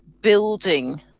building